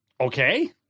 okay